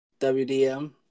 wdm